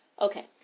Okay